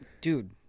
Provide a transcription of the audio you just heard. dude